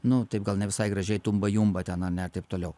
nu taip gal ne visai gražiai tumba jumba ten ane ir taip toliau